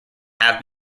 have